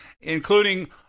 including